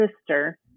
sister